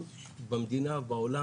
במדינה ובעולם,